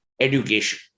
education